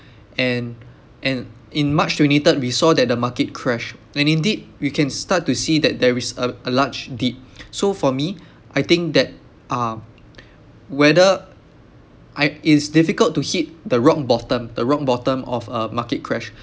and and in march twenty third we saw that the market crash and indeed we can start to see that there is a a large dip so for me I think that uh whether I it is difficult to hit the rock bottom the rock bottom of a market crash